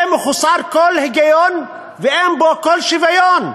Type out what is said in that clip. זה מחוסר כל היגיון, ואין פה שום שוויון.